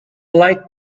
light